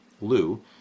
Lou